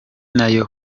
nayo